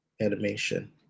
Animation